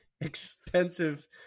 extensive